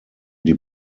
die